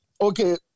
Okay